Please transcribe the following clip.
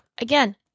Again